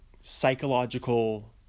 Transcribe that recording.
psychological